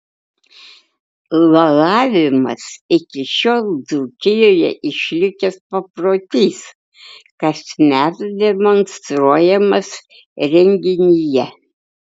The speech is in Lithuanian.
lalavimas iki šiol dzūkijoje išlikęs paprotys kasmet demonstruojamas renginyje